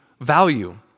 value